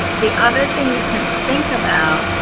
the other thing you can think about